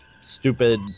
stupid